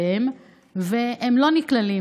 והם לא נכללים,